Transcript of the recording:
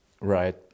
Right